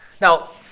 Now